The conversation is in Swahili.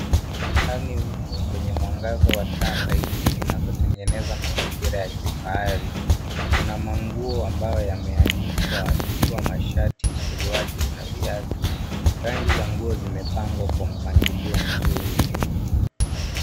Dukani humu kwenye mwangaza wa taa laini zinazotengeneza mazingira ya kifahari, kuna manguo ambayo yameanikwa ikiwa mashati, suruali na viatu. Rangi za nguo zimepangwa kwa mpangilio mzuri.